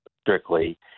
strictly